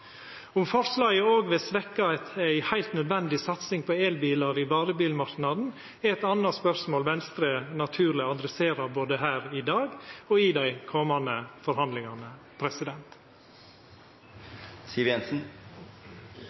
Om forslaget òg vil svekkja ei heilt nødvendig satsing på elbilar i varebilmarknaden, er eit anna spørsmål Venstre naturleg adresserer både her i dag og i dei komande forhandlingane.